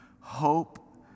Hope